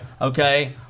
Okay